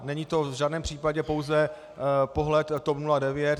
Není to v žádném případě pouze pohled TOP 09.